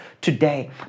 today